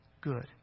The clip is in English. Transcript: good